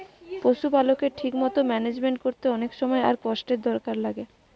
পশুপালকের ঠিক মতো ম্যানেজমেন্ট কোরতে অনেক সময় আর কষ্টের দরকার লাগে